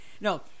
No